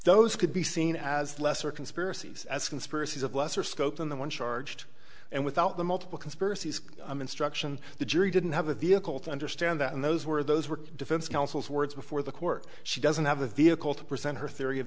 those could be seen as lesser conspiracies as conspiracies of lesser scope than the one charged and without the multiple conspiracies instruction the jury didn't have a vehicle to understand that and those were those were defense counsel's words before the court she doesn't have a vehicle to present her theory of